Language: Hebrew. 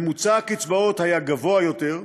ממוצע הקצבאות היה גבוה יותר,